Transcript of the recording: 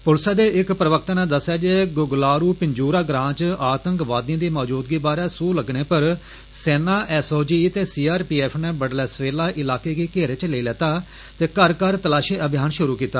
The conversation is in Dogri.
पुलस दे इक प्रवक्ता नै दस्सेआ ऐ जे गुगलारु पिंजूरा ग्रां च आतंकवादिएं दी मौजूदगी बारै सूह लग्गने पर सेना एस ओ जी ते सी आर पी एफ नै बड्डले सवेला इलाके गी घेरे च लेई लैता ते घर घर तलाशी अभियान शुरु कीता